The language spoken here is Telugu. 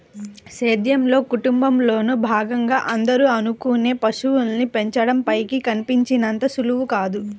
సేద్యంలో, కుటుంబంలోను భాగంగా అందరూ అనుకునే పశువుల్ని పెంచడం పైకి కనిపించినంత సులువు కాదు